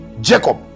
Jacob